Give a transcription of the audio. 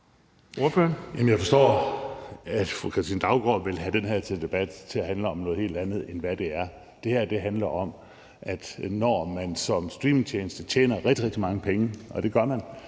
Jensen (S): Fru Katrine Daugaard vil have den her debat til at handle om noget helt andet, end hvad det er. Det her handler om, at når man som streamingtjeneste tjener rigtig, rigtig mange penge, og det gør man